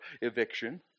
eviction